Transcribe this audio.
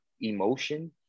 emotion